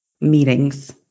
meetings